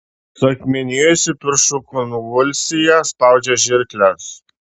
suakmenėjusi pirštų konvulsija spaudžia žirkles